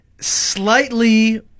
slightly